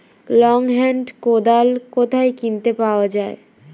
Long hand কোদাল কোথায় কিনতে পাওয়া যায়?